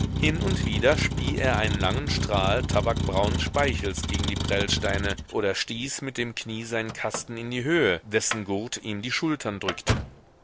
hin und wieder spie er einen langen strahl tabakbraunen speichels gegen die prellsteine oder stieß mit dem knie seinen kasten in die höhe dessen gurt ihm die schultern drückte